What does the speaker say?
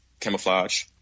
camouflage